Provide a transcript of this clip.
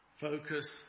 Focus